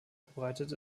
verbreitet